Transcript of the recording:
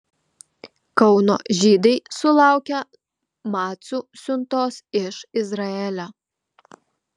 kauno žydai sulaukė macų siuntos iš izraelio